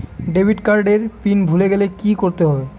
Debit card এর pin ভুলে গেলে কি করতে হবে?